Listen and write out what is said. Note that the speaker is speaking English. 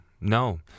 no